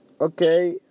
Okay